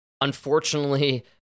unfortunately